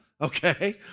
okay